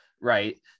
right